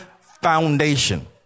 foundation